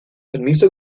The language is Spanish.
permiso